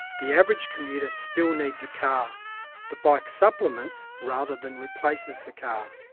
the average commuter still needs a car the bike supplements rather than replaces the car.